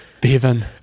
Bevan